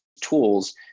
tools